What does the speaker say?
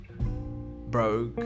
broke